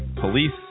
police